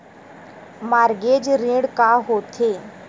Mortgage ऋण का होथे?